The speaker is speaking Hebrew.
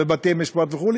בבתי-משפט וכו',